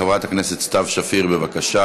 חברת הכנסת סתיו שפיר, בבקשה.